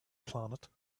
planet